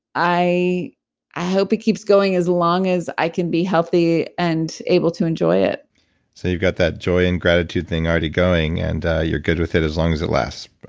i i hope it keeps going as long as i can be healthy and able to enjoy it so you've got that joy and gratitude thing already going and you're good with it as long as it lasts.